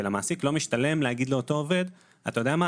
ולמעסיק לא משתלם להגיד לאותו עובד: אתה יודע מה?